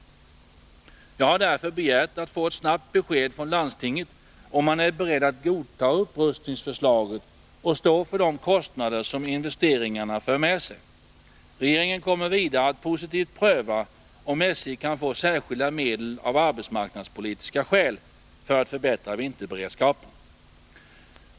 Jag har därför begärt att få ett snabbt besked från landstinget om man är beredd att godta upprustningsförslaget och stå för de kostnader som investeringarna för med sig. Regeringen kommer vidare att positivt pröva om SJ kan få särskilda medel av arbetsmarknadspolitiska skäl för att förbättra vinterberedskapen.